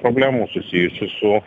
problemų susijusių su